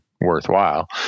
worthwhile